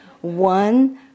One